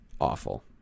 awful